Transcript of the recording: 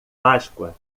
páscoa